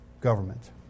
government